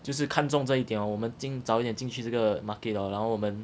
就是看中这一点我们进早一点进去这个 market hor 然后我们